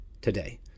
today